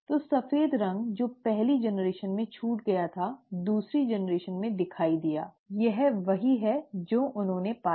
तो सफेद रंग जो पहली पीढ़ी में छूट गया था दूसरी पीढ़ी में दिखाई दिया वह वही है जो उन्होंने पाया